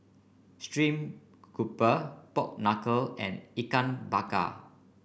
stream grouper Pork Knuckle and Ikan Bakar